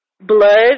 blood